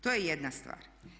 To je jedna stvar.